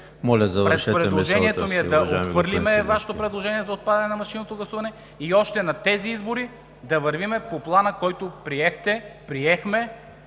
Предложението ми е да отхвърлим Вашето предложение за отпадане на машинното гласуване и още на тези избори да вървим по плана, който приехме